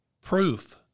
Proof